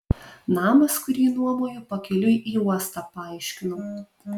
namas kurį nuomoju pakeliui į uostą paaiškinau